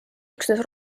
üksnes